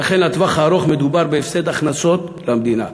ולכן בטווח הארוך מדובר בהפסד הכנסות למדינה.